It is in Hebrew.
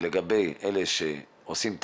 לגבי אלה שעושים טעויות,